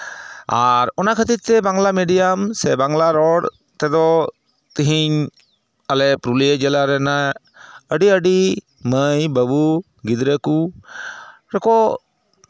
ᱟᱨ ᱚᱱᱟ ᱠᱷᱟᱹᱛᱤᱨᱛᱮ ᱵᱟᱝᱞᱟ ᱢᱮᱰᱤᱭᱟᱢ ᱥᱮ ᱵᱟᱝᱞᱟ ᱨᱚᱲ ᱛᱮᱫᱚ ᱛᱮᱦᱤᱧ ᱟᱞᱮ ᱯᱩᱨᱩᱞᱤᱭᱟᱹ ᱡᱮᱞᱟ ᱨᱮᱱᱟᱜ ᱟᱹᱰᱤ ᱟᱹᱰᱤ ᱢᱟᱹᱭ ᱵᱟᱹᱵᱩ ᱜᱤᱫᱽᱨᱟᱹ ᱠᱚ ᱨᱮᱠᱚ